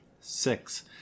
six